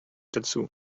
dazu